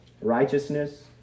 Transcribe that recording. righteousness